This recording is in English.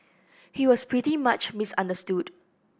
he was pretty much misunderstood